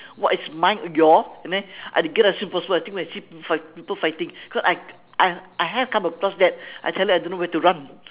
what is mine your and then I have to get out as soon as possible when I think I see fi~ people fighting cause I I I have come across that I tell you I don't know where to run